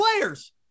players